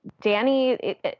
Danny